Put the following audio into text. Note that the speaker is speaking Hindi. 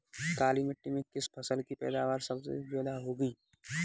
काली मिट्टी में किस फसल की पैदावार सबसे ज्यादा होगी?